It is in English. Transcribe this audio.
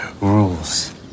Rules